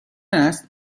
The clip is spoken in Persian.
است